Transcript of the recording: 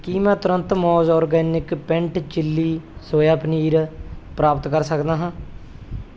ਕੀ ਮੈਂ ਤੁਰੰਤ ਮੌਜ਼ organic peanut chilli soya paneer ਪ੍ਰਾਪਤ ਕਰ ਸਕਦਾ ਹਾਂ